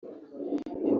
indi